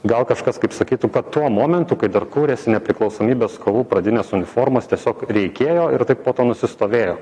gal kažkas kaip sakytų kad tuo momentu kai dar kūrėsi nepriklausomybės kovų pradinės uniformos tiesiog reikėjo ir taip po to nusistovėjo